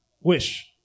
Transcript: Wish